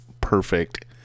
Perfect